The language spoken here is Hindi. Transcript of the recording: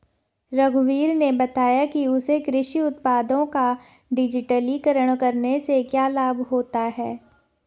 रघुवीर ने बताया कि उसे कृषि उत्पादों का डिजिटलीकरण करने से क्या लाभ होता है